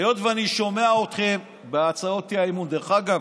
היות שאני שומע אתכם בהצעות האי-אמון, דרך אגב,